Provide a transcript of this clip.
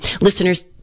listeners